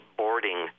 boarding